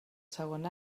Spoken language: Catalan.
segon